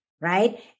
right